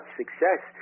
success